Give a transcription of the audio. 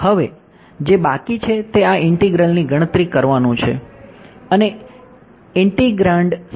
હવે જે બાકી છે તે આ ઇંટીગ્રલની ગણતરી કરવાનું છે અને ઇન્ટિગગ્રાન્ડ છે